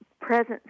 present